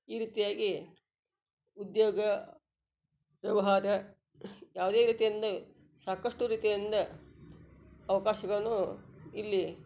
ಈ ರೀತಿಯಾಗಿ ಉದ್ಯೋಗ ವ್ಯವಹಾರ ಯಾವುದೇ ರೀತಿಯಿಂದ ಸಾಕಷ್ಟು ರೀತಿಯಿಂದ ಅವ್ಕಾಶಗಳನ್ನು ಇಲ್ಲಿ